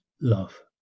love